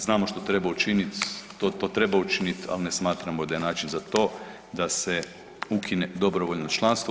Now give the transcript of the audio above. Znamo što treba učiniti, to treba učiniti ali ne smatramo da je način za to da se ukine dobrovoljno članstvo.